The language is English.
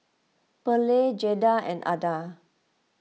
Pearley Jaeda and Adah